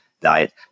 diet